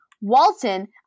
Walton